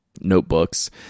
notebooks